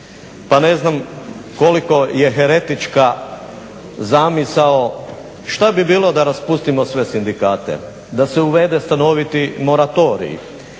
Pa ne znam koliko je heretička zamisao šta bi bilo da raspustimo sve sindikate, da se uvede stanoviti moratorij.